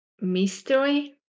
Mystery